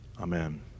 Amen